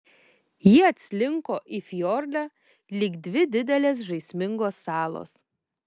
jie atslinko į fjordą lyg dvi didelės žaismingos salos